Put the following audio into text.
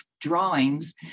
drawings